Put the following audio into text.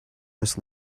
was